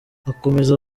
akomeza